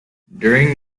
during